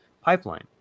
pipeline